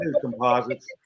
composites